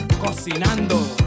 cocinando